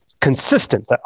Consistent